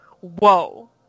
Whoa